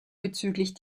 bezüglich